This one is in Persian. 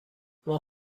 ماه